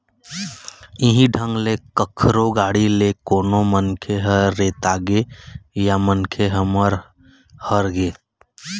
इहीं ढंग ले कखरो गाड़ी ले कोनो मनखे ह रेतागे या मनखे ह मर हर गे